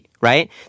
right